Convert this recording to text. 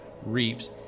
reaps